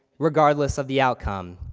regardless of the outcome.